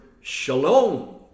shalom